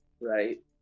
Right